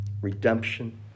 redemption